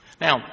Now